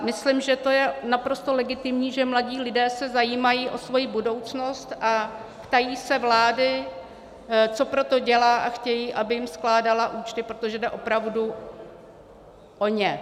Myslím, že to je naprosto legitimní, že mladí lidé se zajímají o svoji budoucnost a ptají se vlády, co pro to dělá, a chtějí, aby jim skládala účty, protože jde opravdu o ně.